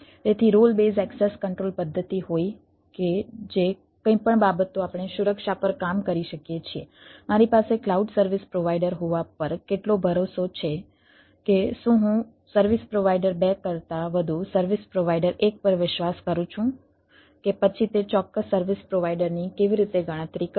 તેથી role base access control પદ્ધતિ હોય કે જે કંઈપણ બાબતો આપણે સુરક્ષા પર કામ કરી શકીએ છીએ મારી પાસે ક્લાઉડ સર્વિસ પ્રોવાઈડર હોવા પર કેટલો ભરોસો છે કે શું હું સર્વિસ પ્રોવાઈડર 2 કરતાં વધુ સર્વિસ પ્રોવાઈડર એક પર વિશ્વાસ કરું છું કે પછી તે ચોક્કસ સર્વિસ પ્રોવાઈડરની કેવી રીતે ગણતરી કરવી